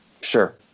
Sure